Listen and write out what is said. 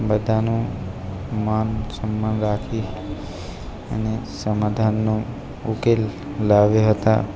બધાનું માન સન્માન રાખી અને સમાધાનનો ઉકેલ લાવ્યા હતા